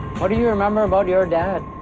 what do you remember about your dad?